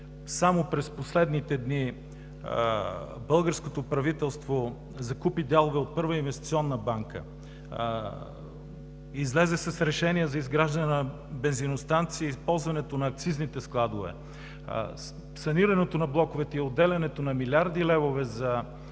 само през последните дни българското правителство закупи дялове от Първа инвестиционна банка, излезе с решение за изграждане на бензиностанции, използването на акцизните складове, санирането на блокове и отделянето на милиарди левове за